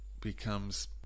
becomes